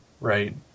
right